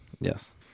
Yes